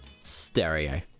Stereo